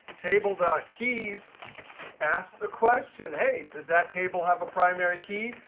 table dot keys ask the question, hey, does that table have a primary key?